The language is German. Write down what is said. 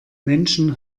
menschen